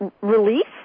release